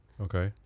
Okay